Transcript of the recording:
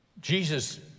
Jesus